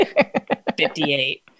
58